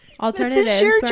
alternatives